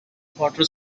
quarter